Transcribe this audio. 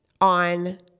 on